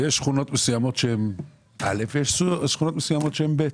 ויש שכונות מסוימות שהן א' ויש שכונות מסוימות שהן ב'.